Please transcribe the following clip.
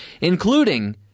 including